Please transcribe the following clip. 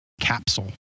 capsule